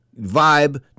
vibe